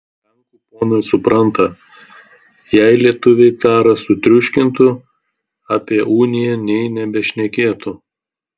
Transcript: lenkų ponai supranta jei lietuviai carą sutriuškintų apie uniją nė nebešnekėtų